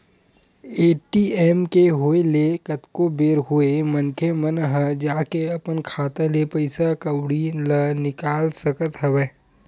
ATM के होय ले कतको बेर होय मनखे मन ह जाके अपन खाता ले पइसा कउड़ी ल निकाल सकत हवय